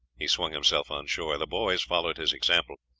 he swung himself on shore the boys followed his example,